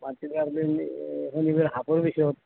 মাতি লৈ আবেলি শনিবাৰে হাফৰ পিছত